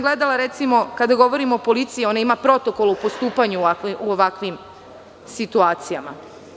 Gledala sam, recimo, kada govorim o policiji, ona ima protokol u postupanju u ovakvim situacijama.